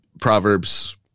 proverbs